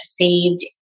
saved